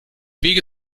weg